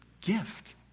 gift